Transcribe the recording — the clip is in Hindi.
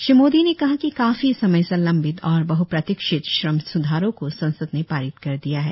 श्री मोदी ने कहा कि काफी समय से लंबित और बह्प्रतीक्षित श्रम सुधारों को संसद ने पारित कर दिया है